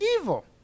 evil